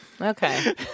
okay